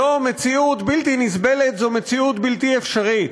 זו מציאות בלתי נסבלת, זו מציאות בלתי אפשרית.